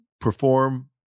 perform